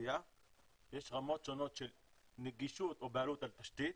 באוכלוסייה יש רמות שונות של נגישות או בעלות על תשתית,